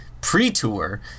pre-tour